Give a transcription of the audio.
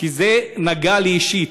כי זה נגע לי אישית.